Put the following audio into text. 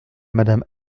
madame